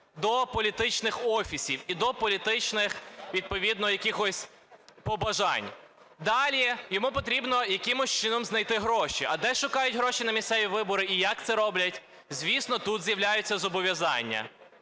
до політичних офісів і до політичних відповідно якихось побажань. Далі. Йому потрібно якимось чином знайти гроші. А де шукають гроші на місцеві вибори і як це роблять? Звісно, тут з'являються зобов'язання.